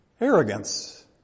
Arrogance